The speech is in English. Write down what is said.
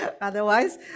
Otherwise